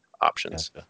options